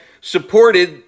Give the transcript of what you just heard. supported